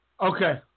Okay